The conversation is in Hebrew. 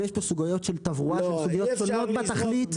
ויש פה סוגיות של תברואה שהן סוגיות שונות בתכלית.